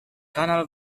canal